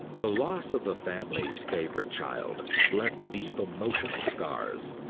the loss of the family's favorite child left deep emotional scars,